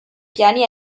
piani